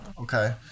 okay